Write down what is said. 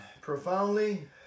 profoundly